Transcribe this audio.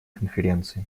конференции